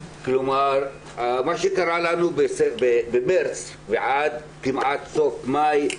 מה שקרה לנו במארס ועד כמעט סוף מאי,